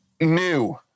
new